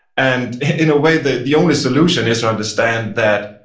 and in a way, the the only solution is to understand that,